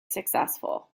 successful